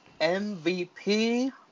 MVP